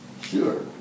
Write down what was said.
Sure